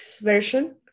version